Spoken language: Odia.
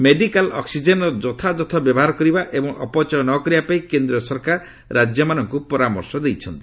ମେଡ଼ିକାଲ ଅକ୍ଟିଜେନର ଯଥାଯଥ ବ୍ୟବହାର କରିବା ଏବଂ ଅପଚୟ ନ କରିବା ପାଇଁ କେନ୍ଦ୍ର ସରକାର ରାଜ୍ୟମାନଙ୍କୁ ପରାମର୍ଶ ଦେଇଛନ୍ତି